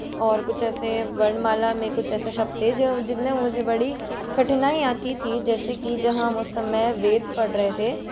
और कुछ ऐसे वर्णमाला में कुछ ऐसे शब्द थे जो जिन में मुझे बड़ी कठिनाई आती थी जैसे की जहाँ हम उस समय वेद पढ़ रहे थे